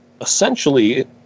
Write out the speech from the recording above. essentially